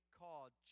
called